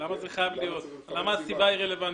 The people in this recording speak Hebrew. למה הסיבה היא רלוונטית?